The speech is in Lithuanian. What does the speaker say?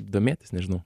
domėtis nežinau